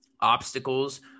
obstacles